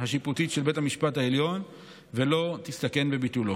השיפוטית של בית המשפט העליון ולא תסכן בביטולו.